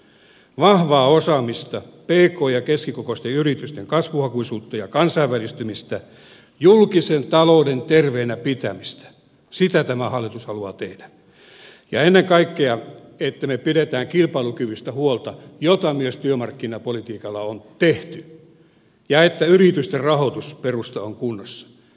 vahvaa osaamista pk ja keskikokoisten yritysten kasvuhakuisuutta ja kansainvälistymistä julkisen talouden terveenä pitämistä sitä tämä hallitus haluaa tehdä ja ennen kaikkea on tärkeää että me pidämme huolta kilpailukyvystä mitä myös työmarkkinapolitiikalla on tehty ja että yritysten rahoitusperusta on kunnossa